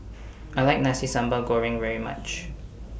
I like Nasi Sambal Goreng very much